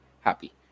happy